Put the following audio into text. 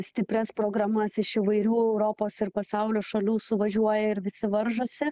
stiprias programas iš įvairių europos ir pasaulio šalių suvažiuoja ir visi varžosi